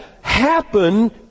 happen